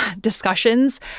discussions